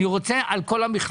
אני רוצה שהוא יעבוד על כל המכלול.